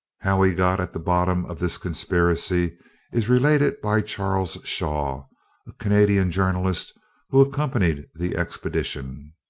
how he got at the bottom of this conspiracy is related by charles shaw, a canadian journalist who accompanied the expedition.